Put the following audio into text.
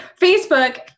Facebook